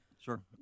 Sure